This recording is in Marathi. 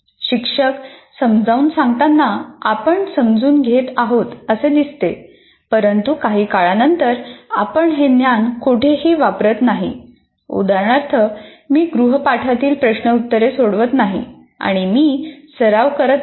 शिक्षक समजावून सांगताना आपण समजून घेत आहोत असे दिसते परंतु काही काळानंतर आपण हे ज्ञान कोठेही वापरत नाही उदाहरणार्थ मी गृह पाठातील प्रश्न उत्तरे सोडवत नाही आणि मी सराव करीत नाही